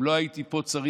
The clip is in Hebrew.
אם לא הייתי פה צריך,